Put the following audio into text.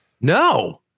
no